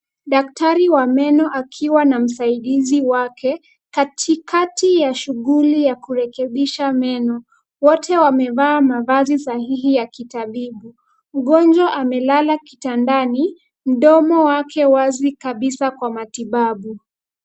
Daktari wa meno akiwa na msaidizi wake, katikati ya shughuli ya kurekebisha meno. Wote wamevaa mavazi sahihi ya kitabibu. Mgonjwa amelala kitandani, mdomo wake wazi kabisa kwa matibabu.